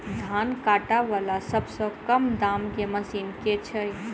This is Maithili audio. धान काटा वला सबसँ कम दाम केँ मशीन केँ छैय?